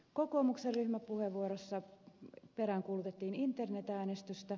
kokoomuksen ryhmäpuheenvuorossa peräänkuulutettiin internet äänestystä